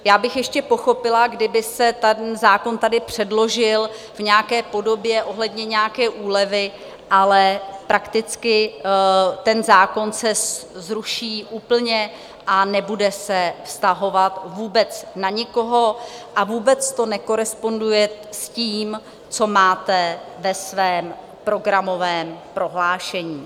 Já bych ještě pochopila, kdyby se ten zákon tady předložil v nějaké podobě ohledně nějaké úlevy, ale prakticky ten zákon se zruší úplně a nebude se vztahovat vůbec na nikoho a vůbec to nekoresponduje s tím, co máte ve svém programovém prohlášení.